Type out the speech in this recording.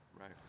right